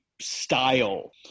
style